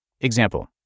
Example